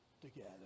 together